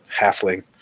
halfling